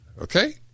Okay